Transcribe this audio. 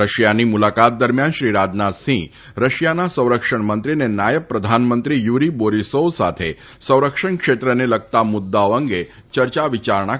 રશિયાની મુલાકાત દરમિયાન શ્રી રાજનાથસિંહ રશિયાના સંરક્ષણ મંત્રી અને નાયબ પ્રધાનમંત્રી યુરી બોરીસોવ સાથે સંરક્ષણ ક્ષેત્રને લગતા મુદ્દાઓ અંગે ચર્ચા વિચારણા કરશે